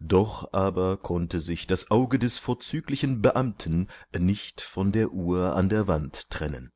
doch aber konnte sich das auge des vorzüglichen beamten nicht von der uhr an der wand trennen